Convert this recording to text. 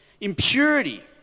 Impurity